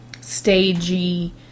stagey